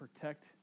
protect